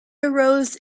arose